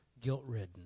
guilt-ridden